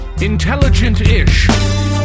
Intelligent-ish